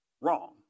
wrong